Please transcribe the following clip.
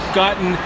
gotten